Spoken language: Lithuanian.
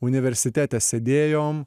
universitete sėdėjom